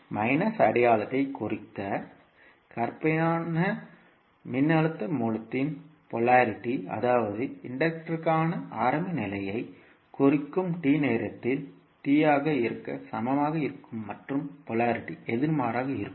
minus அடையாளத்தை குறிக்க கற்பனையான மின்னழுத்த மூலத்தின் போலாரிட்டி அதாவது இன்டக்டர்க்கான ஆரம்ப நிலையை குறிக்கும் t நேரத்தில் t ஆக சமமாக இருக்கும் மற்றும் போலாரிட்டி எதிர்மாறாக இருக்கும்